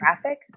traffic